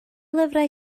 lyfrau